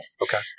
Okay